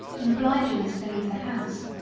in obliging us to leave the house.